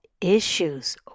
issues